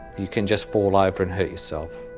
you can just fall over and hurt yourself.